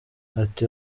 ati